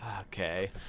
Okay